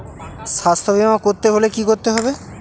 স্বাস্থ্যবীমা করতে হলে কি করতে হবে?